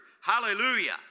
Hallelujah